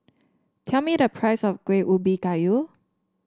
tell me the price of Kueh Ubi Kayu